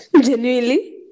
genuinely